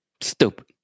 Stupid